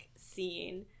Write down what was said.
scene